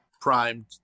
primed